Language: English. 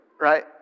right